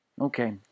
Okay